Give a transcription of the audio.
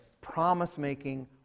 promise-making